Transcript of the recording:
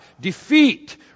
defeat